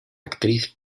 actriz